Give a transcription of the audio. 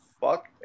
fuck